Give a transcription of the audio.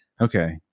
Okay